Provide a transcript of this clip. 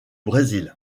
brésil